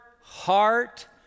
heart